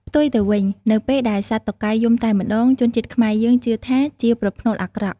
ផ្ទុយទៅវិញ នៅពេលដែលសត្វតុកែយំតែម្ដង ជនជាតិខ្មែរយើងជឿថាជាប្រផ្នូលអាក្រក់។